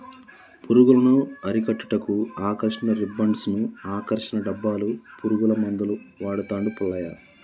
పురుగులను అరికట్టుటకు ఆకర్షణ రిబ్బన్డ్స్ను, ఆకర్షణ డబ్బాలు, పురుగుల మందులు వాడుతాండు పుల్లయ్య